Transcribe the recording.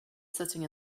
sitting